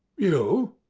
you!